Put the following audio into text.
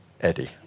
Eddie